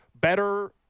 better